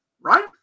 Right